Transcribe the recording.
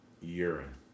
Urine